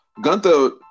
Gunther